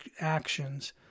actions